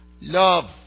love